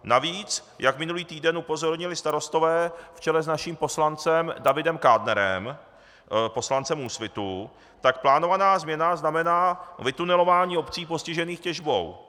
Navíc, jak minulý týden upozornili starostové v čele s naším poslancem Davidem Kádnerem, poslancem Úsvitu, tak plánovaná změna znamená vytunelování obcí postižených těžbou.